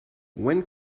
when